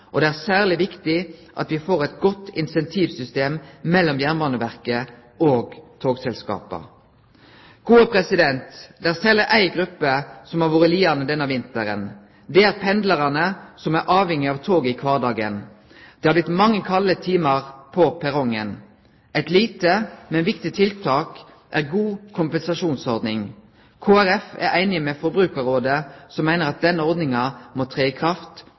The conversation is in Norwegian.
og det er særleg viktig at me får eit godt incentivsystem mellom Jernbaneverket og togselskapa. Det er særleg éi gruppe som har vore lidande denne vinteren. Det er pendlarane, som er avhengige av toget i kvardagen. Det har blitt mange kalde timar på perrongen. Eit lite, men viktig tiltak er ei god kompensasjonsordning. Kristeleg Folkeparti er einig med Forbrukarrådet, som meiner at denne ordninga må tre i kraft